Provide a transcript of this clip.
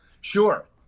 sure